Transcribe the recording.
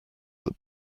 that